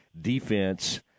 defense